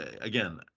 again